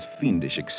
fiendish